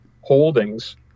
holdings